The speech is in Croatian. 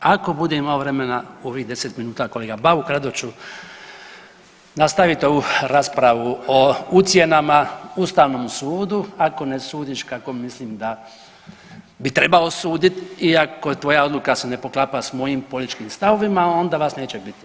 Ako bude imao vremena u ovih 10 minuta kolega Bauk rado ću nastaviti ovu raspravu o ucjenama Ustavnom sudu ako ne sudiš kako mislim da bi trebao suditi i ako tvoja odluka se ne poklapa s mojim političkim stavovima onda vas neće biti.